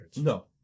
No